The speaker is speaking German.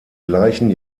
gleichen